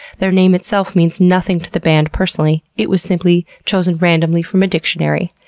their name itself means nothing to the band personally, it was simply chosen randomly from a dictionary.